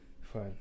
fine